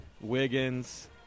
Wiggins